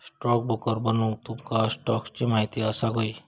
stockbroker बनूक तुमका स्टॉक्सची महिती असाक व्हयी